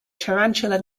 tarantula